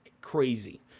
crazy